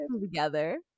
together